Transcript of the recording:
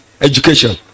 education